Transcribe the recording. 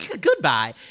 Goodbye